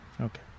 Okay